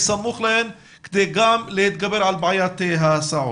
בסמוך להם כדי גם להתגבר על בעיית ההסעות.